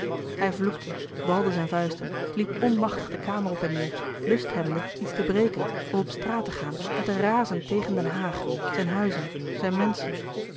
hij vloekte balde zijn vuisten liep onmachtig de kamer op en neêr lust hebbende iets te breken of op straat te gaan en te razen tegen den haag zijn huizen zijn menschen